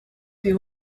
you